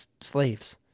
slaves